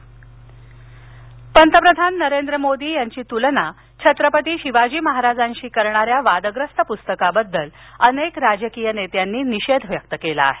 वादग्रस्त पस्तक पंतप्रधान नरेंद्र मोदी यांची तुलना छत्रपती शिवाजी महाराजांशी करणाऱ्या वादग्रस्त प्स्तकाबद्दल अनेक राजकीय नेत्यांनी निषेध व्यक्त केला आहे